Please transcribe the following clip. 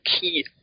key